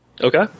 Okay